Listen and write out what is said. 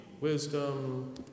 wisdom